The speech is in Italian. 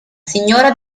signora